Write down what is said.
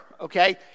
okay